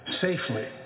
safely